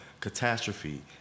catastrophe